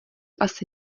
asi